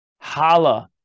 Hala